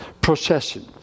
procession